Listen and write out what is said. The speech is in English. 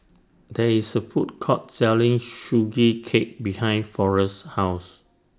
There IS A Food Court Selling Sugee Cake behind Forest's House